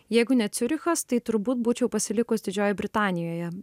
jeigu ne ciurichas tai turbūt būčiau pasilikus didžiojoje britanijoje